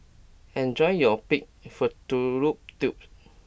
enjoy your Pig Fallopian Tubes